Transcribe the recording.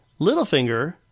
Littlefinger